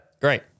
Great